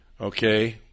okay